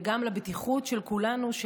וגם לבטיחות של כולנו,